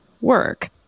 work